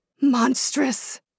Monstrous